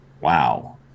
wow